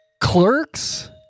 Clerks